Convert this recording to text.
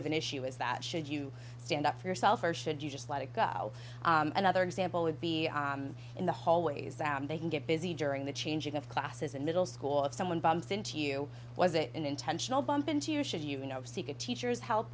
of an issue is that should you stand up for yourself or should you just let it go another example would be in the hallways that they can get busy during the changing of classes in middle school if someone bumps into you was it an intentional bump into you should you know seek a teacher's help